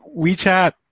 WeChat